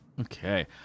Okay